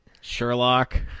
Sherlock